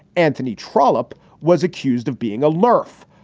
antony trollop was accused of being a laugh,